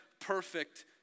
perfect